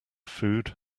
food